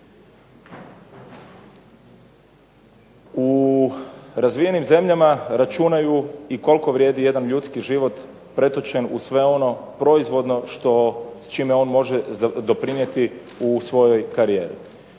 U razvijenim zemljama računaju i koliko vrijedi jedan ljudski život pretočen u sve ono proizvodno što, čime on može doprinijeti u svojoj karijeri.